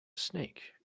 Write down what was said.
snake